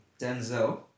Denzel